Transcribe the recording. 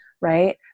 right